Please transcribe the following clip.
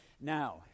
Now